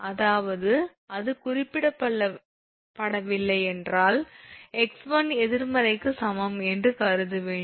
அதாவது அது குறிப்பிடப்படவில்லை என்றால் 𝑥1 எதிர்மறைக்கு சமம் என்று கருத வேண்டும்